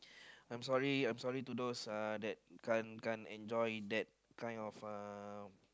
I'm sorry I'm sorry to those uh that can't can't enjoy that kind of uh